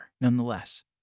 nonetheless